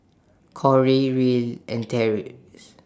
Corry Reil and Tracie